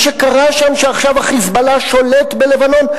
מה שקרה שם הוא שעכשיו ה"חיזבאללה" שולט בלבנון.